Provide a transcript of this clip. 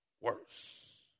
worse